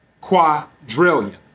quadrillion